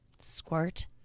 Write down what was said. Squirt